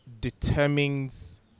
determines